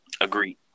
Agreed